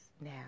Now